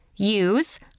Use